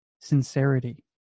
sincerity